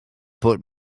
put